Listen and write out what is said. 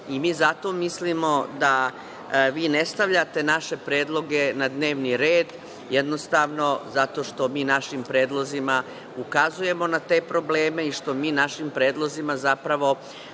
zato mislimo da vi ne stavljate naše predloge na dnevni red, jednostavno, zato što mi našim predlozima ukazujemo na te probleme i što mi našim predlozima zapravo